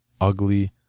ugly